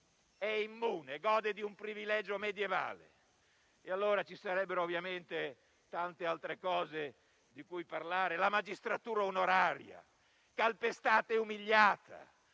è immune e gode di un privilegio medievale. Ci sarebbero ovviamente tante altre cose di cui parlare, come la magistratura onoraria, calpestata e umiliata,